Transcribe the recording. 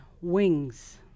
Wings